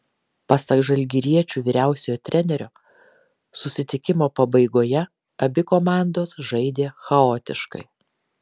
pasak žalgiriečių vyriausiojo trenerio susitikimo pabaigoje abi komandos žaidė chaotiškai